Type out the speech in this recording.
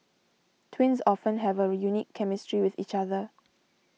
twins often have a unique chemistry with each other